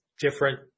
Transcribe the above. different